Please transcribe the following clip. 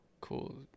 cool